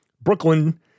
Brooklyn